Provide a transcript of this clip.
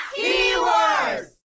Keywords